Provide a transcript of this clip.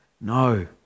No